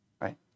right